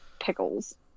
Pickles